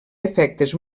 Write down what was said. efectes